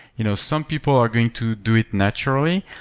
you know some people are going to do it naturally,